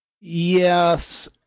Yes